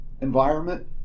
environment